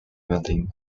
welding